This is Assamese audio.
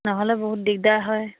নহ'লে বহুত দিগদাৰ হয়